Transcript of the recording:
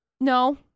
No